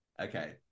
Okay